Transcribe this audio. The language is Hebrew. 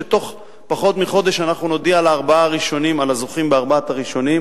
ובתוך פחות מחודש אנחנו נודיע על הזוכים בארבעה הראשונים,